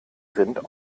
rind